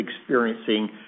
experiencing